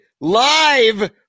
live